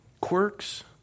quirks